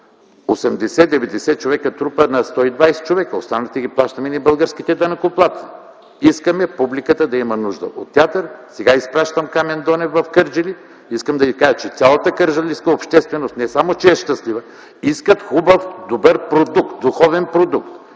80-90 човека трупа на 120 човека, останалите ги плащаме ние българските данъкоплатци. Искаме публиката да има нужда от театър. Сега изпращам Камен Донев в Кърджали, искам да ви кажа, че цялата кърджалийска общественост не само, че е щастлива, а искат хубав, добър духовен продукт